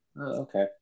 Okay